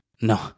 No